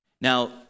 Now